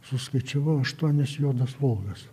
suskaičiavau aštuonias juodas volgas